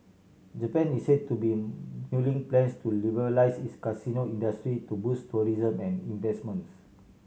Japan is said to be mulling plans to liberalise its casino industry to boost tourism and investments